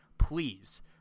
Please